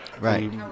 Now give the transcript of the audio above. Right